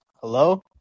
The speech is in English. Hello